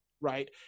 right